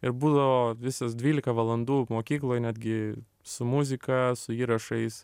ir būdavo visos dvylika valandų mokykloj netgi su muzika su įrašais